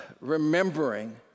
remembering